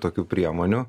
tokių priemonių